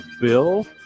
Bill